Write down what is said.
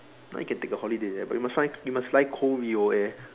now you can take a holiday there but you must find you must fly Koryo air